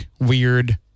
weird